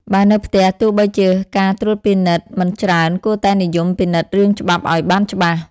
បើនៅផ្ទះទោះបីជាការត្រួតពិនិត្យមិនច្រើន គួរតែនិយមពិនិត្យរឿងច្បាប់ឲ្យបានច្បាស់។